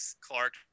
Clark